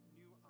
new